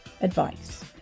advice